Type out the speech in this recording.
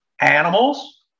animals